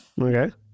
Okay